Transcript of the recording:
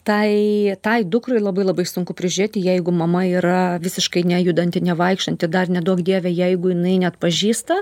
tai tai dukrai labai labai sunku prižiūrėti jeigu mama yra visiškai nejudanti nevaikštanti dar neduok dieve jeigu jinai neatpažįsta